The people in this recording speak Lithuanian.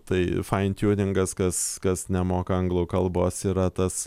tai fain tiuningas kas kas nemoka anglų kalbos yra tas